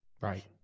Right